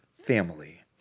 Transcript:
family